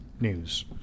news